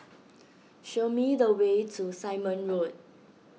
show me the way to Simon Road